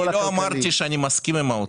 אמרתי שאני מסכים עם האוצר.